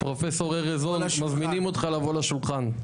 פרופסור ארז און מזמינים אותך לבוא לשולחן.